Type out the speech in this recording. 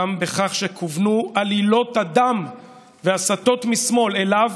גם בכך שכוונו עלילות הדם והסתות משמאל אליו,